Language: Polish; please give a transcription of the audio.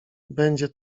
będzie